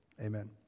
Amen